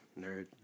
Nerd